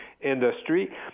industry